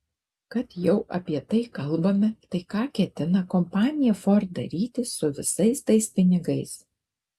kad jau apie tai kalbame tai ką ketina kompanija ford daryti su visais tais pinigais